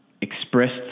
expressed